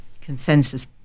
consensus